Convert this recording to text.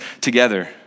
together